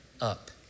up